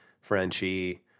frenchie